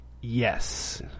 Yes